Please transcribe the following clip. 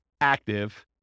active